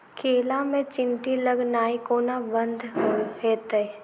केला मे चींटी लगनाइ कोना बंद हेतइ?